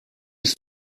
ist